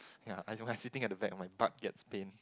yea as I sitting at the back my butt gets pain